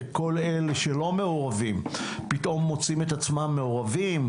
כל אלה שלא מעורבים פתאום מוצאים את עצמם מעורבים.